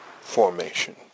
formation